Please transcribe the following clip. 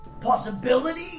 possibility